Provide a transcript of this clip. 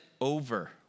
over